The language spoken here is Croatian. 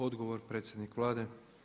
Odgovor predsjednik Vlade.